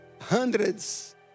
hundreds